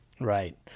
Right